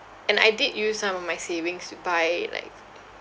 and I did use some of my savings to buy like